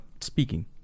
speaking